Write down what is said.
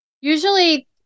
Usually